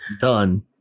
done